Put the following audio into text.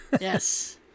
Yes